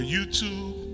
YouTube